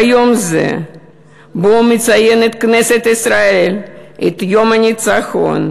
ביום זה שבו מציינת כנסת ישראל את יום הניצחון